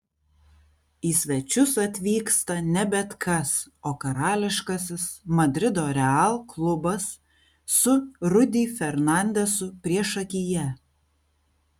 į svečius atvyksta ne bet kas o karališkasis madrido real klubas su rudy fernandezu priešakyje